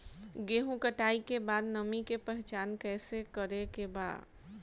गेहूं कटाई के बाद नमी के पहचान कैसे करेके बा?